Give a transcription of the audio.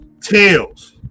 Tails